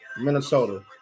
Minnesota